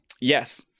Yes